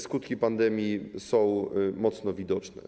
Skutki pandemii są mocno widoczne.